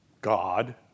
God